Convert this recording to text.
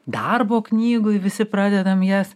darbo knygoj visi pradedam jas